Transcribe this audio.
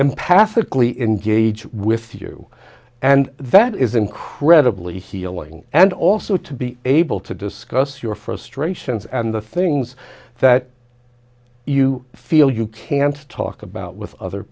empathically engage with you and that is incredibly healing and also to be able to discuss your frustrations and the things that you feel you can't talk about with other